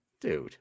dude